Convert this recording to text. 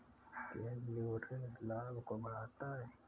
क्या लिवरेज लाभ को बढ़ाता है?